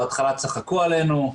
בהתחלה צחקו עלינו,